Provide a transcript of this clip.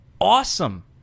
awesome